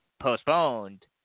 postponed